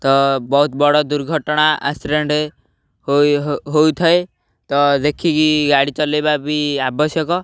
ତ ବହୁତ ବଡ଼ ଦୁର୍ଘଟଣା ଆକ୍ସିଡ଼େଣ୍ଟ ହୋଇଥାଏ ତ ଦେଖିକି ଗାଡ଼ି ଚଲେଇବା ବି ଆବଶ୍ୟକ